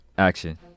Action